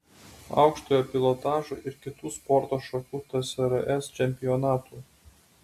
aukštojo pilotažo ir kitų sporto šakų tsrs čempionatų